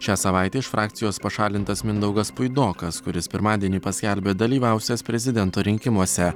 šią savaitę iš frakcijos pašalintas mindaugas puidokas kuris pirmadienį paskelbė dalyvausiąs prezidento rinkimuose